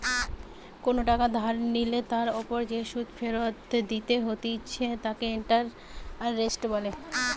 কোনো টাকা ধার নিলে তার ওপর যে সুধ ফেরত দিতে হতিছে তাকে ইন্টারেস্ট বলে